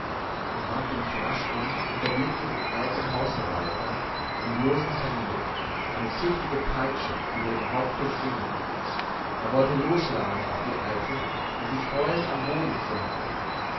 ich wandte mich rasch um und erblickte den alten hausverwalter im bloßen hemde eine tüchtige peitsche über dem haupte schwingend er wollte losschlagen auf die alte die sich heulend am boden krümmte